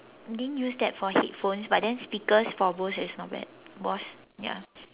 didn't use that for headphones but then speakers for bose is not bad bose ya